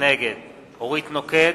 נגד אורית נוקד,